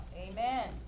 Amen